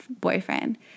boyfriend